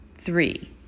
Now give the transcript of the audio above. Three